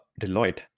deloitte